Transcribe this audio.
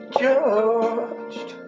judged